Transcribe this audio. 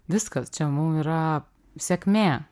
viskas čia mum yra sėkmė